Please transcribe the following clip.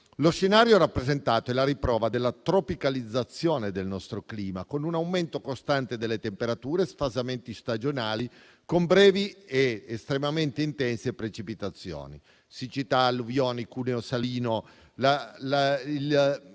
Lo scenario rappresentato è la riprova della tropicalizzazione del nostro clima, con un aumento costante delle temperature e sfasamenti stagionali con brevi ed estremamente intense precipitazioni. Siccità, alluvioni, cuneo salino,